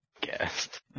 guest